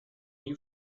you